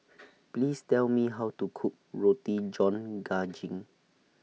Please Tell Me How to Cook Roti John Daging